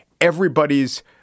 everybody's